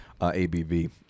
ABV